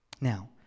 Now